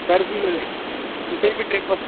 sir फ्ही तुसें बी ड्रिप